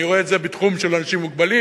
אני רואה את זה בתחום של אנשים מוגבלים,